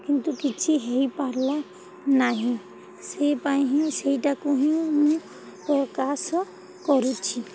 କିନ୍ତୁ କିଛି ହୋଇପାରିଲା ନାହିଁ ସେଇପାଇଁ ହିଁ ସେଇଟାକୁ ହିଁ ମୁଁ ପ୍ରକାଶ କରୁଛି